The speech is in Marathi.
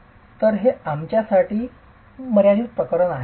तर ते आमच्यासाठी मर्यादित प्रकरण आहे